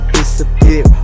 Disappear